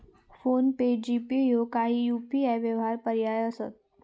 phone पे, GPay ह्यो काही UPI व्यवहार पर्याय असत